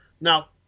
Now